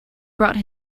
brought